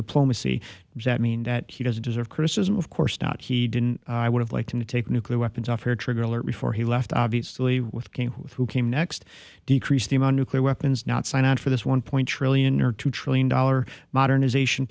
diplomacy is that mean that he doesn't deserve criticism of course not he didn't i would have liked him to take nuclear weapons off hair trigger alert before he left obviously with king with who came next decrease the amount of clear weapons not signed on for this one point two trillion or two trillion dollar modernization